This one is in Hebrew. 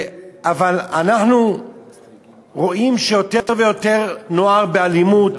אבל אנחנו רואים שיותר ויותר נוער באלימות,